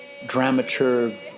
dramaturg